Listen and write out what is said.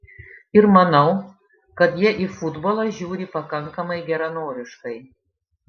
ir manau kad jie į futbolą žiūri pakankamai geranoriškai